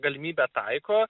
galimybę taiko